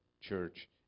church